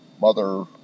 mother